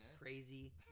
crazy